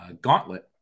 gauntlet